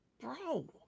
Bro